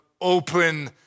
open